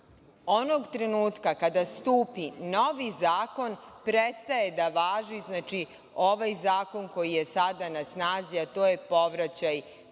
onog trenutka kada stupi novi zakon prestaje da važi ovaj zakon koji je sada na snazi, a to je povraćaj